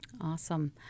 Awesome